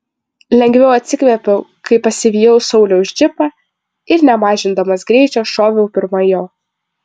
lengviau atsikvėpiau kai pasivijau sauliaus džipą ir nemažindamas greičio šoviau pirma jo